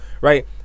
Right